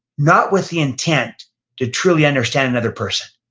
not with the intent to truly understand another person.